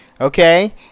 Okay